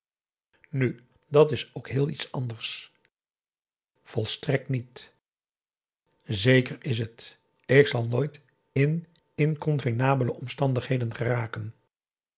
nu dat is ook heel iets anders volstrekt niet zeker is het ik zal nooit in inconvenabele omstandigheden geraken